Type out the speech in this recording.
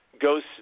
goes